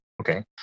Okay